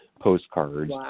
postcards